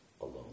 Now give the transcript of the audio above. alone